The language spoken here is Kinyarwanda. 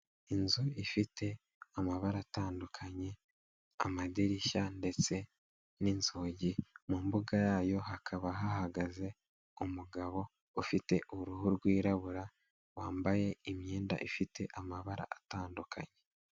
Inzu ifite amabara atandukanye, amadirishya ndetse n'inzugi, mu mbuga yayo hakaba hahagaze umugabo ufite uruhu rwirabura wambaye imyenda ifite amabara atandukanye.